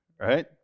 right